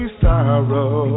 sorrow